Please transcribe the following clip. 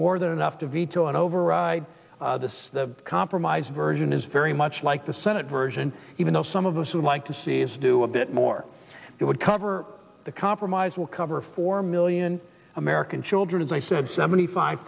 more than enough to veto and override this the compromise version is very much like the senate version even though some of us would like to see us do a bit more that would cover the compromise will cover four million american children as i said seventy five